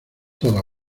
toda